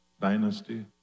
dynasty